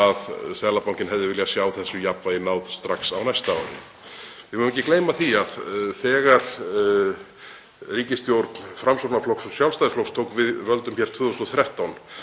að Seðlabankinn hefði viljað sjá þessu jafnvægi náð strax á næsta ári. Við megum ekki gleyma því að þegar ríkisstjórn Framsóknarflokks og Sjálfstæðisflokks tók við völdum hér 2013